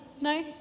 No